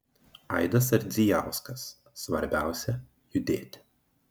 aidas ardzijauskas svarbiausia judėti